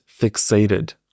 fixated